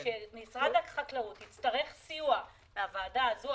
כשמשרד החקלאות יצטרך סיוע מן הוועדה הזו,